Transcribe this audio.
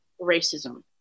racism